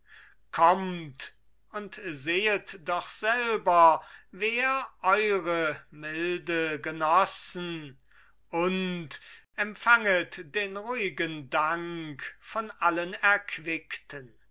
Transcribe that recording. kommt und sehet doch selber wer eure milde genossen und empfanget den ruhigen dank von allen erquickten